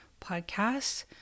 podcasts